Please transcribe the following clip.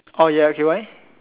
orh ya okay why